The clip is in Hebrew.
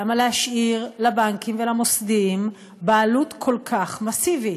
למה להשאיר לבנקים ולמוסדיים בעלות כל כך מסיבית?